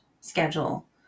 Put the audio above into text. schedule